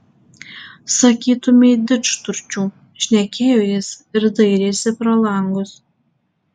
sakytumei didžturčių šnekėjo jis ir dairėsi pro langus